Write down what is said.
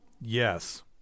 Yes